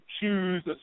choose